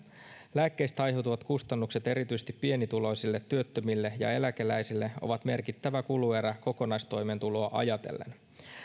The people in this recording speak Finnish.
lääkkeistä aiheutuvat kustannukset erityisesti pienituloisille työttömille ja eläkeläisille ovat merkittävä kuluerä kokonaistoimeentuloa ajatellen